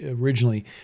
originally